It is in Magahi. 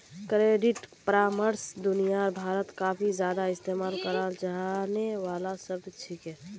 क्रेडिट परामर्श दुनिया भरत काफी ज्यादा इस्तेमाल कराल जाने वाला शब्द छिके